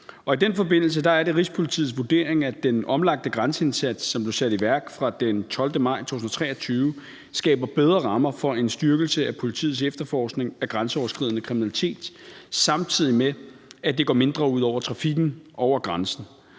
I den forbindelse er det Rigspolitiets vurdering, at den omlagte grænseindsats, som blev sat i værk fra den 12. maj 2023, skaber bedre rammer for en styrkelse af politiets efterforskning af grænseoverskridende kriminalitet, samtidig med at det går mindre ud over trafikken over grænsen.